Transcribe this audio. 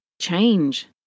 change